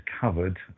covered